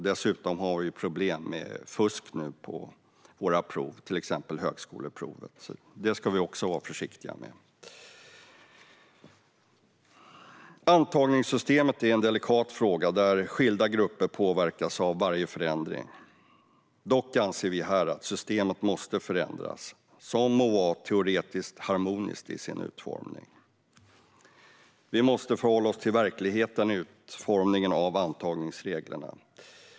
Dessutom har vi problem med fusk nu på våra prov, till exempel högskoleprovet, så det ska vi också vara försiktiga med. Antagningssystemet är en delikat fråga där skilda grupper påverkas av varje förändring av detta. Vi anser att systemet måste förändras till att vara teoretiskt harmoniskt i sin utformning. Vi måste förhålla oss till verkligheten vid utformningen av antagningsreglerna.